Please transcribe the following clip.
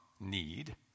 need